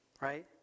right